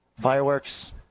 fireworks